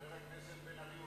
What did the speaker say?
חבר הכנסת בן-ארי,